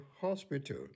hospital